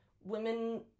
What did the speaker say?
women